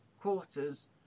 quarters